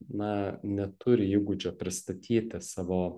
na neturi įgūdžio pristatyti savo